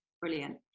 Brilliant